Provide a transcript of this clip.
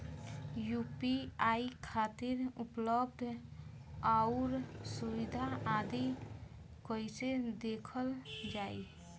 UPI खातिर उपलब्ध आउर सुविधा आदि कइसे देखल जाइ?